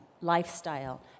lifestyle